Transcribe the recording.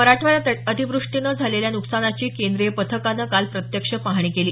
मराठवाड्यात अतिवृष्टीनं झालेल्या नुकसानाची केंद्रीय पथकानं काल प्रत्यक्ष पाहणी केली